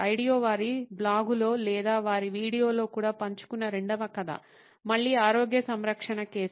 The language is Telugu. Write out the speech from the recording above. ఐడియో వారి బ్లాగులో లేదా వారి వీడియోలో కూడా పంచుకున్న రెండవ కథ మళ్ళీ ఆరోగ్య సంరక్షణ కేసు